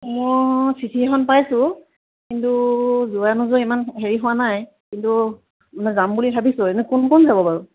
মোৰ চিঠি এখন পাইছোঁ কিন্তু যোৱা নোযোৱা ইমান হেৰি হোৱা নাই কিন্তু মানে যাম বুলি ভাবিছোঁ এনে কোন কোন যাব বাৰু